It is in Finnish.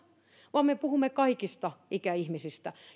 vaan me puhumme kaikista ikäihmisistä